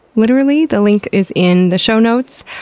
literally. the link is in the show notes.